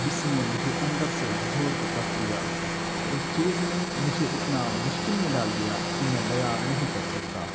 جس نے مجھے اندر سے جھنجھوڑ کر رکھ دیا اور اس چیز نے مجھے اتنا مشکل میں ڈال دیا کہ میں بیاں نہیں کر سکتا